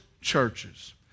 churches